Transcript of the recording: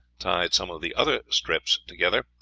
tied some of the other strips together,